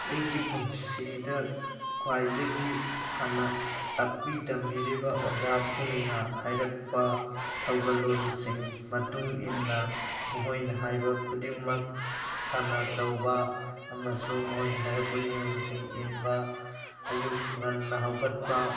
ꯑꯩꯒꯤ ꯄꯨꯟꯁꯤꯗ ꯈ꯭ꯋꯥꯏꯗꯒꯤ ꯍꯥꯟꯅ ꯇꯥꯛꯄꯤ ꯇꯝꯕꯤꯔꯤꯕ ꯑꯣꯖꯥꯁꯤꯡꯅ ꯍꯥꯏꯔꯛꯄ ꯊꯧꯒꯜꯂꯣꯟꯁꯤꯡ ꯃꯇꯨꯡ ꯏꯟꯅ ꯃꯈꯣꯏꯅ ꯍꯥꯏꯕ ꯈꯨꯗꯤꯡꯃꯛ ꯐꯅ ꯇꯧꯕ ꯑꯃꯁꯨꯡ ꯃꯣꯏꯅ ꯍꯥꯏꯔꯛꯄ ꯅꯤꯌꯣꯝꯁꯤꯡ ꯏꯟꯕ ꯑꯌꯨꯛ ꯉꯟꯅ ꯍꯧꯒꯠꯄ